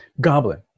Goblin